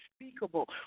unspeakable